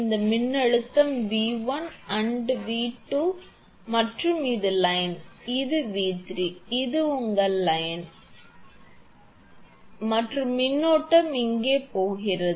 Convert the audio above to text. இந்த மின்னழுத்தம் 𝑉1 இது 𝑉2 மற்றும் இது லைன் இது 𝑉3 இது உங்கள் லைன் இது C C C மற்றும் மின்னோட்டம் இங்கே போகிறது இங்கே போகிறது